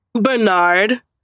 Bernard